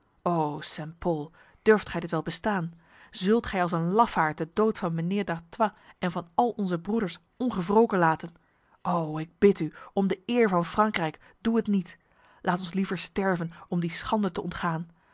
o st pol durft gij dit wel bestaan zult gij als een lafaard de dood van mijnheer d'artois en van al onze broeders ongewroken laten o ik bid u om de eer van frankrijk doe het niet laat ons liever sterven om die schande te ontgaan